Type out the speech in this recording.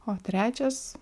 o trečias